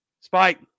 spike